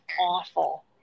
awful